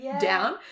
down